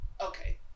okay